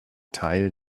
teil